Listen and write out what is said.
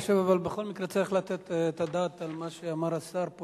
עכשיו בכל מקרה אני צריך לתת את הדעת על מה שאמר פה השר,